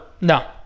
No